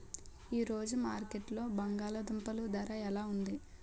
ఈ రోజు మార్కెట్లో బంగాళ దుంపలు ధర ఎలా ఉంది?